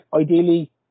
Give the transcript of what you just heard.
ideally